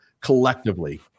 collectively